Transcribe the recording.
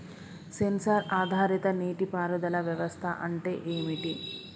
Censor ఆధారిత నీటి పారుదల వ్యవస్థ అంటే ఏమిటి?